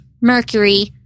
Mercury